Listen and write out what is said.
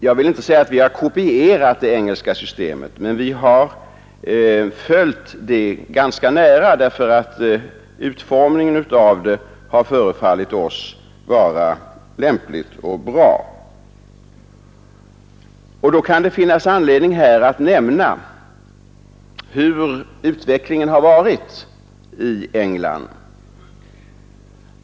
Jag vill inte säga att vi har kopierat det engelska systemet, men vi har följt det ganska nära eftersom dess utformning förefallit oss lämplig och bra. Då kan det finnas anledning att nämna hur utvecklingen gått i England.